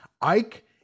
ike